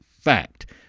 fact